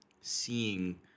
seeing